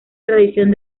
tradición